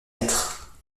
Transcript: être